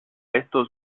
estos